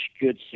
good